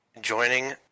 Joining